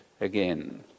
again